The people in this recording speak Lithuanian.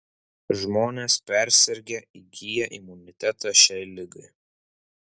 žmonės persirgę įgyja imunitetą šiai ligai